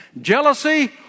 Jealousy